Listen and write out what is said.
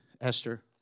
Esther